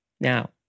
Now